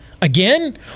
again